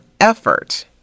effort